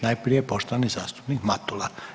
Najprije poštovani zastupnik Matula.